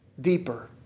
deeper